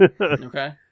Okay